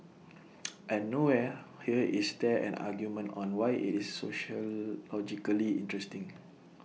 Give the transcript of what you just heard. and nowhere here is there an argument on why IT is sociologically interesting